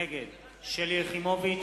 נגד שלי יחימוביץ,